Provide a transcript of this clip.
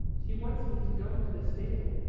she wants me to go into the stable,